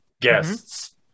guests